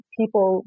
people